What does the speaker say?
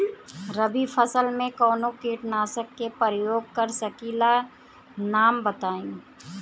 रबी फसल में कवनो कीटनाशक के परयोग कर सकी ला नाम बताईं?